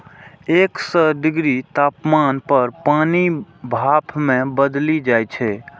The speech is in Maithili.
एक सय डिग्री तापमान पर पानि भाप मे बदलि जाइ छै